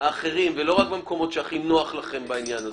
האחרים ולא רק במקומות שהכי נוח לכם בעניין הזה.